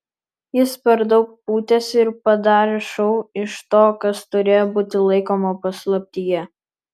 jis per daug pūtėsi ir padarė šou iš to kas turėjo būti laikoma paslaptyje